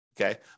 Okay